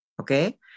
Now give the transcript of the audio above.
okay